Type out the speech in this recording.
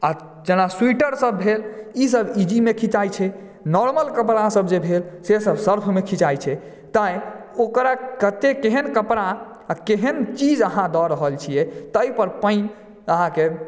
आ जेना स्वीटर सब भेल ई सब इजी मे खिचाई छै नार्मल कपड़ा सब जे भेल से सब सर्फ मे खिचाई छै तैॅं ओकरा कते केहन कपड़ा केहन चीज अहाँ दऽ रहल छियै ताहि पर पानि अहाँ के